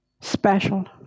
Special